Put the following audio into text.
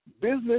Business